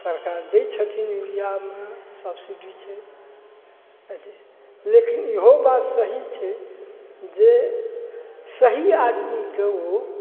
सरकार दै छथिन युरिआमे सब्सिडी छै लेकिन इहो बात सही छै जे सही आदमीकेँ ओ